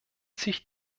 sich